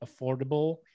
affordable